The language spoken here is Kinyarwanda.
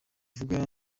avuga